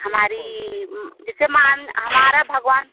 हमारी जैसे मान हमारा भगवान